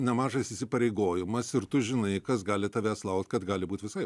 nemažas įsipareigojimas ir tu žinai kas gali tavęs laukt kad gali būt visaip